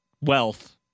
wealth